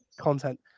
content